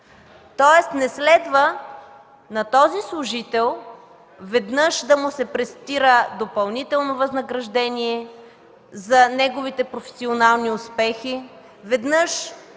тоест не следва на този служител веднъж да му се престира допълнително възнаграждение за неговите професионални успехи,